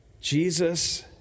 Jesus